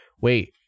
wait